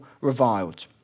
reviled